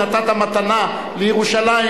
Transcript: ונתת מתנה לירושלים,